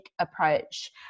approach